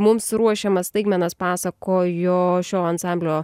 mums ruošiamas staigmenas pasakojo šio ansamblio